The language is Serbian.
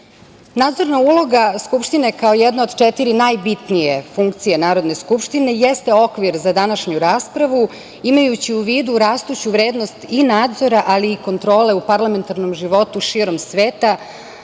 uloga Skupštine kao jedan od četiri najbitnije funkcije Narodne skupštine, jeste okvir za današnju raspravu, imajući u vidu, rastuću vrednost, i nadzora, ali i kontrole u parlamentarnom životu širom sveta,